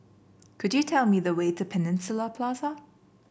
could you tell me the way to Peninsula Plaza